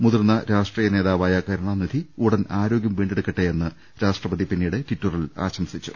മുതിർന്ന രാഷ്ട്രീയ നേതാവായ കരുണാനിധി ഉടൻ ആരോഗ്യം വീണ്ടെടുക്കട്ടെയെന്ന് രാഷ്ട്ര പതി പിന്നീട് ട്വിറ്ററിൽ ആശംസിച്ചു